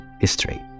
history